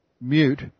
mute